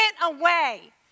away